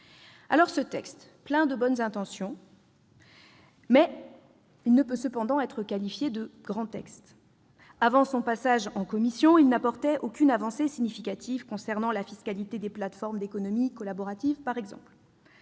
dans cette lutte. Plein de bonnes intentions, ce texte ne peut cependant être qualifié de « grand texte »: avant son examen en commission, il n'apportait aucune avancée significative en ce qui concerne la fiscalité des plateformes d'économie collaborative, par exemple.